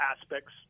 aspects